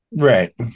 Right